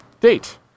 date